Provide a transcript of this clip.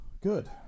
Good